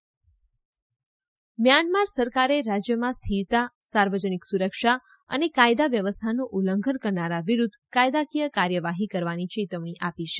Myanmar Myanmar સરકારે રાજ્યમાં સ્થિરતા સાર્વજનીક સુરક્ષા અને કાયદા વ્યવસ્થાનું ઉલ્લંઘન કરનારા વિરૂદ્ધ કાયદાકીય કાર્યવાહી કરવાની ચેતવણી આપી છે